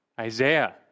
Isaiah